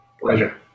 Pleasure